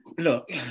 Look